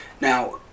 Now